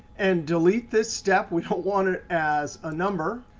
and delete this step. we don't want it as a number.